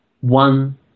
one